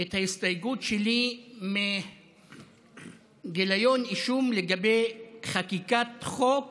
את ההסתייגות שלי מגיליון אישום לגבי חקיקת חוק